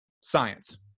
science